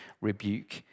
rebuke